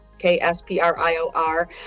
k-s-p-r-i-o-r